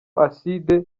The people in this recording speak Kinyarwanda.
aside